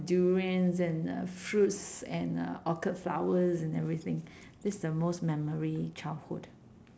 durians and uh fruits and uh orchid flowers and everything this the most memory childhood